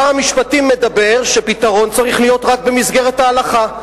שר המשפטים אומר שפתרון צריך להיות רק במסגרת ההלכה.